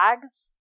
flags